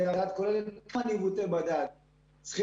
כולל ניווטי בדד.